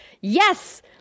yes